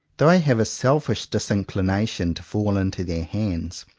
though i have a selfish disinclination to fall into their hands,